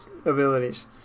abilities